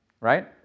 Right